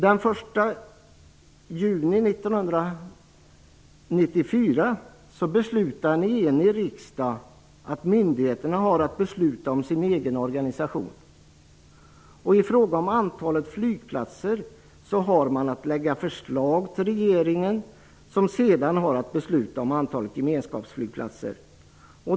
Den 1 juni 1994 beslutade en enig riksdag att myndigheterna har att besluta om sin egen organisation. I frågan om antalet flygplatser har man att lägga fram förslag till regeringen, som sedan har att besluta om antalet gemenskapsflygplatser.